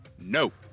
Nope